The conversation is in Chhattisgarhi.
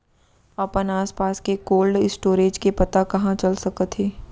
अपन आसपास के कोल्ड स्टोरेज के पता कहाँ चल सकत हे?